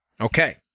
Okay